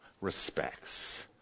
respects